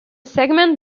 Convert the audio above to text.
segment